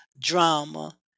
drama